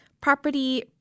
Property